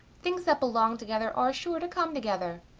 things that belong together are sure to come together.